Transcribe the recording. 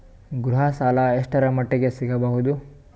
ಗೃಹ ಸಾಲ ಎಷ್ಟರ ಮಟ್ಟಿಗ ಸಿಗಬಹುದು?